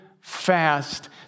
fast